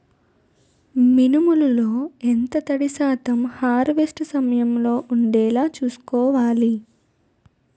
మినుములు లో ఎంత తడి శాతం హార్వెస్ట్ సమయంలో వుండేలా చుస్కోవాలి?